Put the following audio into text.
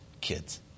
kids